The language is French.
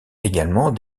également